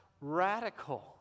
radical